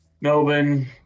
Melbourne